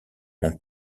mon